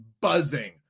buzzing